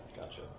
Gotcha